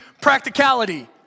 practicality